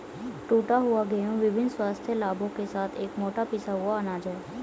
टूटा हुआ गेहूं विभिन्न स्वास्थ्य लाभों के साथ एक मोटा पिसा हुआ अनाज है